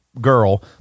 girl